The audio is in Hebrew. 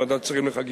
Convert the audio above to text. בוועדת השרים לחקיקה,